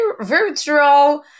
virtual